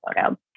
photo